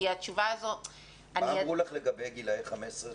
מה אמרו לך לגבי גילאי 15 עד 18?